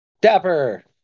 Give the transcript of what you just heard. Dapper